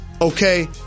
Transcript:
okay